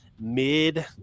mid